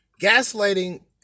Gaslighting